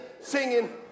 singing